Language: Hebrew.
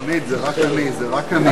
רונית, זה רק אני.